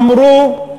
אמרו,